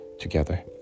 together